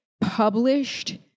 published